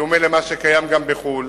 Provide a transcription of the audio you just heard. בדומה למה שקיים גם בחו"ל,